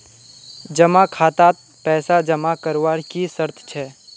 जमा खातात पैसा जमा करवार की शर्त छे?